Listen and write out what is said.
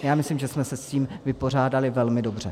Já myslím, že jsme se s tím vypořádali velmi dobře.